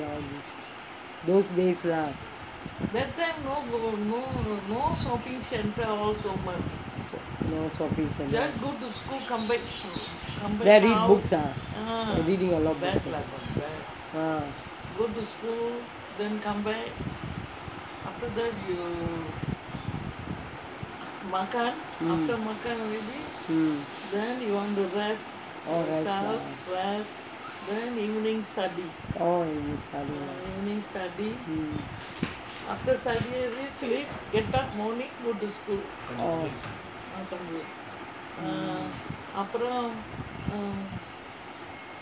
those days lah no shopping centre reading books ah mm oh rest lah oh evening study ah